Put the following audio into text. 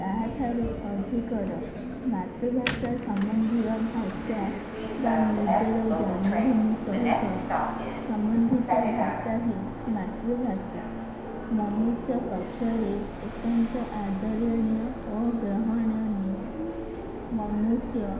ତାହାଠାରୁ ଅଧିକର ମାତୃଭାଷା ସମ୍ବନ୍ଧୀୟ ଭାଷା ବା ନିଜର ଜନ୍ମଭୂମି ସହିତ ସମ୍ବନ୍ଧିତ ଭାଷା ହିଁ ମାତୃଭାଷା ମନୁଷ୍ୟ ପକ୍ଷରେ ଏକାନ୍ତ ଆଦରଣୀୟ ଓ ଗ୍ରହଣୀୟ ନିୟମ ମନୁଷ୍ୟ